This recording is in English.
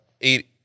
eight